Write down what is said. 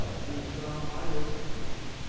who is from my list of twenty,